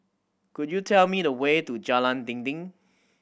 could you tell me the way to Jalan Dinding